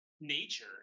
nature